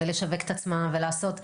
לשווק את עצמם ולעשות.